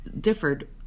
differed